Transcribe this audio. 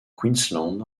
queensland